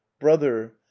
brother